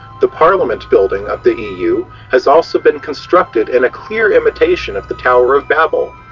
the parliament building of the eu has also been constructed in a clear imitation of the tower of babel.